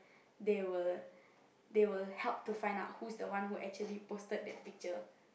they will they will help to find out who's the one who actually posted the picture